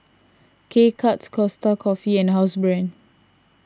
K Cuts Costa Coffee and Housebrand